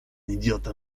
idiota